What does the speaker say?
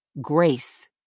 grace